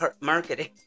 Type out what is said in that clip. marketing